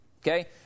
okay